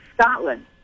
Scotland